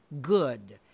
good